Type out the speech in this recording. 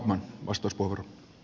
arvoisa puhemies